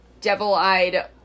Devil-Eyed